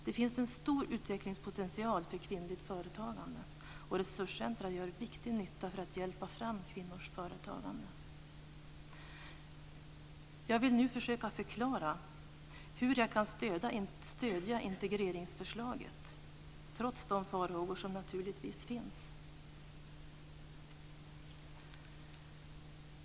Det finns en stor utvecklingspotential för kvinnligt företagande, och resurscentrum gör viktig nytta för att hjälpa fram kvinnors företagande. Jag vill nu försöka förklara hur jag kan stödja integreringsförslaget trots de farhågor som finns.